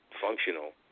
functional